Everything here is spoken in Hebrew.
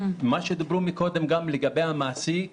דיברו קודם לגבי המעסיק